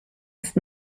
ist